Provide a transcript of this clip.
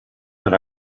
that